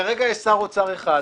כרגע יש שר אוצר אחד,